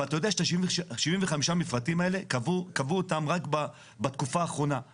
אבל אתה יודע שאת ה-75 מפרטים האלה קבעו אותם רק בתקופה האחרונה.